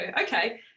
okay